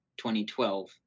2012